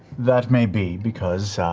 that may be because